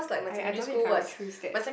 I I don't know if I would choose that